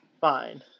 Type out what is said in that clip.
fine